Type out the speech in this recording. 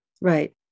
Right